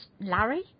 Larry